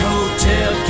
Hotel